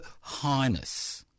Highness